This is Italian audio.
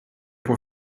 può